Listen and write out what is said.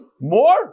More